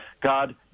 God